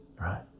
right